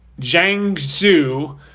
Jiangsu